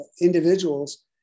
individuals